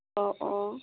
অঁ অঁ